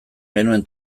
genuen